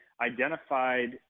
identified